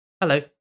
Hello